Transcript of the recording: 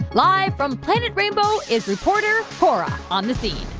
live from planet rainbow is reporter cora on the scene.